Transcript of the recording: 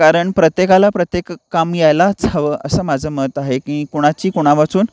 कारण प्रत्येकाला प्रत्येक काम यायलाच हवं असं माझं मत आहे की कोणाची कुणावाचून